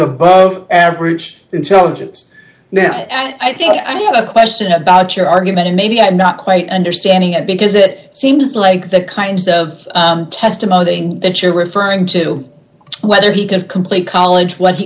above average intelligence then i think i have a question about your argument and maybe i'm not quite understanding it because it seems like the kind of testimony that you're referring to whether he can complete college when he